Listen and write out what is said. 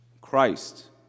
Christ